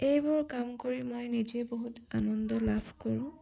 এইবোৰ কাম কৰি মই নিজে বহুত আনন্দ লাভ কৰোঁ